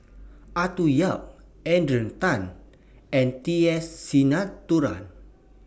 Arthur Yap Adrian Tan and T S Sinnathuray